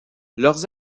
leurs